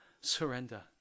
surrender